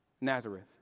Nazareth